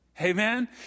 Amen